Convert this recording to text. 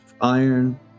iron